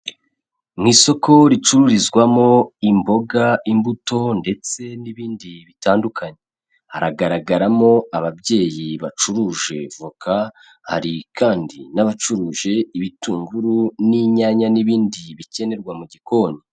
Mu isoko ricururizwamo imboga, imbuto ndetse n'ibindi bitandukanye, hagaragaramo ababyeyi bacuruje voka, hari kandi n'abacuruje ibitunguru n'inyanya n'ibindi bikenerwa mu gikoni.